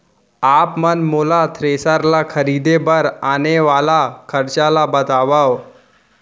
आप मन मोला थ्रेसर ल खरीदे बर आने वाला खरचा ल बतावव?